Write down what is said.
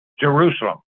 Jerusalem